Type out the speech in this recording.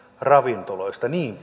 ravintoloista niin